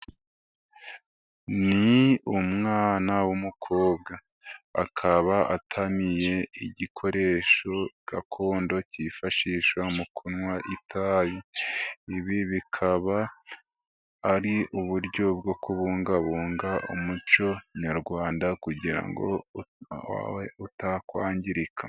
Ni umwana w'umukobwa akaba atamiye igikoresho gakondo kifashisha mu kunywa itabi, ibi bikaba ari uburyo bwo kubungabunga umuco nyarwanda kugira ngo utakwangirika.